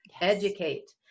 educate